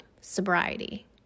sobriety